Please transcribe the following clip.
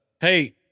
Hey